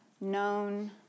known